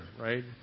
right